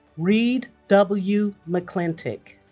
reid w. mcclintic